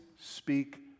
speak